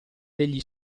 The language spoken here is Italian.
degli